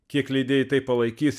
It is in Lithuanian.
kiek leidėjai tai palaikys